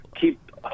keep